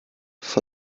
for